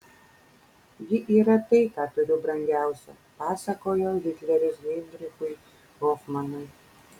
ji yra tai ką turiu brangiausia pasakojo hitleris heinrichui hofmanui